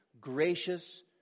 gracious